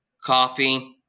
coffee